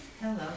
Hello